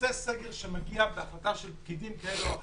נושא הסגר מגיע בהחלטה של פקידים כאלה או אחרים,